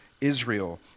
Israel